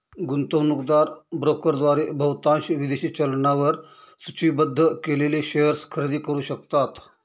गुंतवणूकदार ब्रोकरद्वारे बहुतांश विदेशी चलनांवर सूचीबद्ध केलेले शेअर्स खरेदी करू शकतात